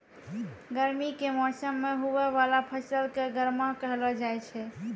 गर्मी के मौसम मे हुवै वाला फसल के गर्मा कहलौ जाय छै